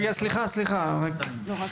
רגע סליחה, חגית